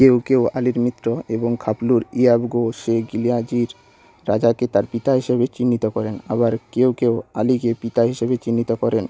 কেউ কেউ আলীর মিত্র এবং খাপলুর ইয়াবগো শেখ লিয়াজির রাজাকে তার পিতা হিসাবে চিহ্নিত করেন আবার কেউ কেউ আলীকে পিতা হিসাবে চিহ্নিত করেন